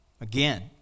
Again